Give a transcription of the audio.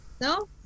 No